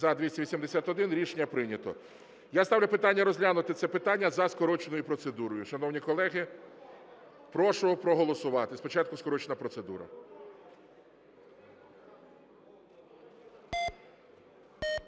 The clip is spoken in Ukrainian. За-281 Рішення прийнято. Я ставлю питання розглянути це питання за скороченою процедурою. Шановні колеги, прошу проголосувати. Спочатку скорочена процедура.